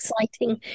exciting